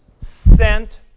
sent